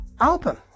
album